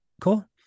cool